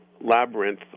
labyrinth